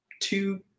two